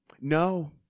No